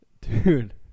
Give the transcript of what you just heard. Dude